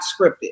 scripted